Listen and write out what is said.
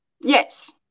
yes